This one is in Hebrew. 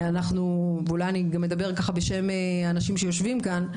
אולי אני גם אדבר בשם האנשים שיושבים כאן.